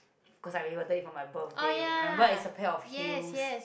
cause I really wanted it for my birthday remember it's a pair of heels